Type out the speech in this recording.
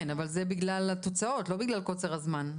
אבל זה בגלל התוצאות, לא בגלל קוצר הזמן.